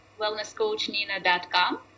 wellnesscoachnina.com